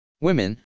Women